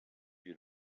you